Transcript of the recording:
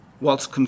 whilst